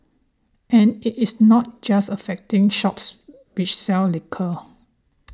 and it is not just affecting shops which sell liquor